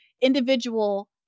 individual